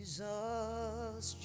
Jesus